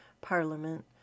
Parliament